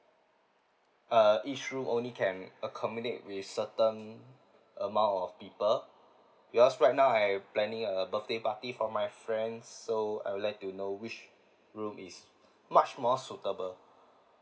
uh each room only can accommodate with certain amount of people because right now I planning a birthday party for my friends so I would like to know which room is much more suitable